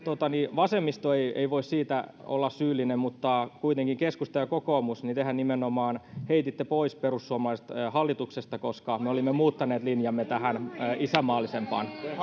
vasemmisto ei ei voi siitä olla syyllinen mutta kuitenkin keskusta ja kokoomus nimenomaan heititte pois perussuomalaiset hallituksesta koska me olimme muuttaneet linjamme tähän isänmaallisempaan